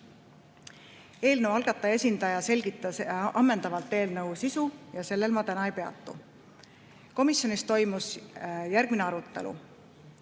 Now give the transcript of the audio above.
Eelnõu algataja esindaja selgitas ammendavalt eelnõu sisu ja sellel ma täna ei peatu. Komisjonis toimus järgmine arutelu.